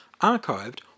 archived